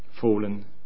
fallen